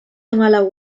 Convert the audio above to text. hamalau